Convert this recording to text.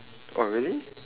oh really